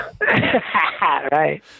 Right